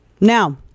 Now